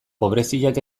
pobreziak